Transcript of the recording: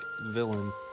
villain